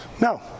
No